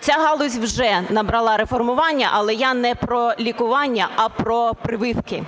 Ця галузь вже набрала реформування, але я не про лікування, а про прививки.